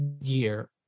Year